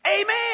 Amen